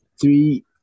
three